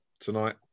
Tonight